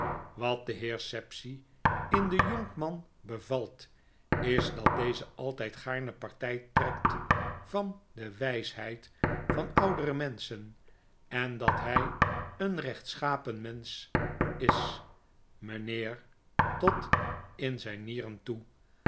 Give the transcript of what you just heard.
wat den heer sapsea in den jonkman bevalt is dat deze altjjd gaarne party trekt van de wysheid van oudere menschen en dat hy een rechtschapen mensch is meneer tot in zjjn nieren toe